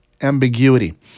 ambiguity